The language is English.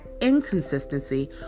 inconsistency